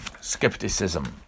skepticism